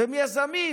והם יזמים,